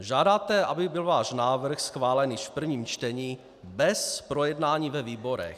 Žádáte, aby byl váš návrh schválen již v prvním čtení bez projednání ve výborech.